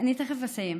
תכף אסיים.